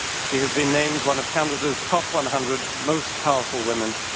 she has been named one of canada's top one hundred most powerful women,